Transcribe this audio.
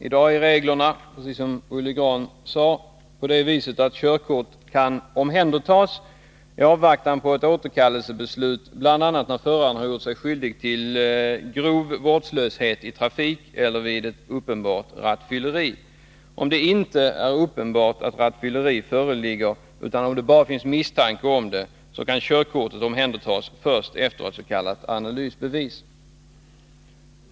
I dag är reglerna sådana — precis som Olle Grahn sade — att ett körkort kan omhändertas i avvaktan på ett återkallelsebeslut bl.a. när föraren gjort sig skyldig till grov vårdslöshet i trafik eller vid uppenbart rattfylleri. Om det inte är uppenbart att rattfylleri föreligger utan det bara finns misstanke om detta, kan körkortet omhändertas först efter ett s.k. analysbevis.